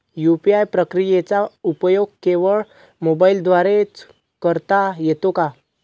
UPI प्रक्रियेचा उपयोग केवळ मोबाईलद्वारे च करता येतो का?